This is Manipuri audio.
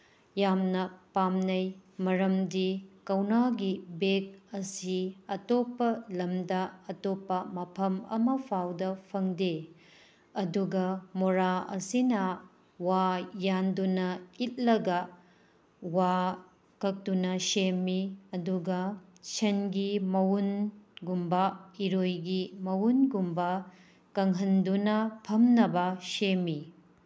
ꯌꯥꯝꯅ ꯄꯥꯝꯅꯩ ꯃꯔꯝꯗꯤ ꯀꯧꯅꯥꯒꯤ ꯕꯦꯒ ꯑꯁꯤ ꯑꯇꯣꯞꯄ ꯂꯝꯗ ꯑꯇꯣꯞꯄ ꯃꯐꯝ ꯑꯃꯐꯥꯎꯗ ꯐꯪꯗꯦ ꯑꯗꯨꯒ ꯃꯣꯔꯥ ꯑꯁꯤꯅ ꯋꯥ ꯌꯥꯟꯗꯨꯅ ꯏꯠꯂꯒ ꯋꯥ ꯀꯛꯇꯨꯅ ꯁꯦꯝꯃꯤ ꯑꯗꯨꯒ ꯁꯟꯒꯤ ꯃꯎꯟꯒꯨꯝꯕ ꯏꯔꯣꯏꯒꯤ ꯃꯎꯟꯒꯨꯝꯕ ꯀꯪꯍꯟꯗꯨꯅ ꯐꯝꯅꯕ ꯁꯦꯝꯃꯤ